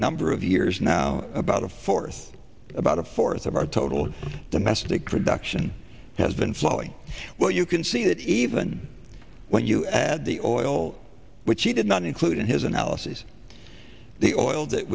number of years now about a fourth about a fourth of our total domestic production has been flowing well you can see that even when you add the oil which he did not include in his analysis the oil that